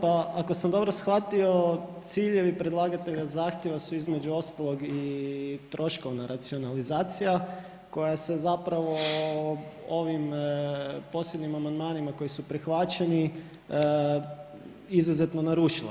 Pa ako sam dobro shvatio ciljevi predlagatelja zahtijeva su između ostalog i troškovna racionalizacija koja se zapravo ovim posljednjim amandmanima koji su prihvaćeni izuzetno narušila.